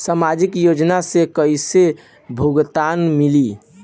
सामाजिक योजना से कइसे भुगतान मिली?